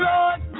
Lord